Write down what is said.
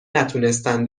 نتونستن